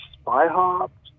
spy-hopped